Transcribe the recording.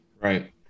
Right